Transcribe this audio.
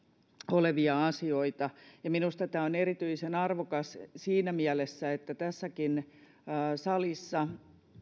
olevia asioita minusta tämä on erityisen arvokas asia siinä mielessä että tässäkin salissa